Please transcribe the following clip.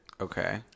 Okay